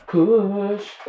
Push